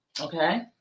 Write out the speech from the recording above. okay